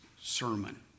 sermon